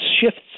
shifts